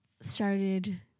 started